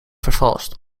vervalst